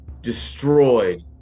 destroyed